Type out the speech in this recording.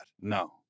No